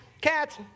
Cats